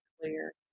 clear